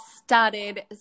started